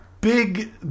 big